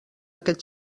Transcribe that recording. aquest